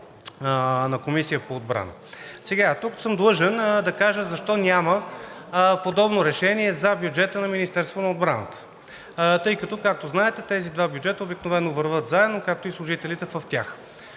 на Комисия по отбрана. Тук съм длъжен да кажа защо няма подобно решение за бюджета на Министерството на отбраната, тъй като, както знаете, тези два бюджета обикновено вървят заедно, както и служителите в тях.